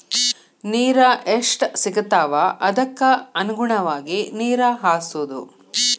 ನೇರ ಎಷ್ಟ ಸಿಗತಾವ ಅದಕ್ಕ ಅನುಗುಣವಾಗಿ ನೇರ ಹಾಸುದು